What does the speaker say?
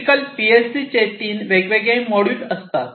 typical पीएलसीचे तीन वेगवेगळे मॉड्यूल असतात